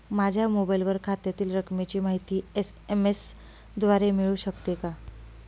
माझ्या मोबाईलवर खात्यातील रकमेची माहिती एस.एम.एस द्वारे मिळू शकते का?